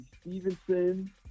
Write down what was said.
Stevenson